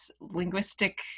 linguistic